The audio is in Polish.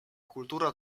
kultura